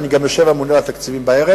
אני גם יושב עם הממונה על התקציבים בערב,